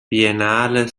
biennale